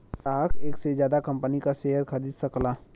ग्राहक एक से जादा कंपनी क शेयर खरीद सकला